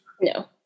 No